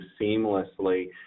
seamlessly